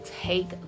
take